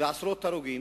ועשרות פצועים והרוגים.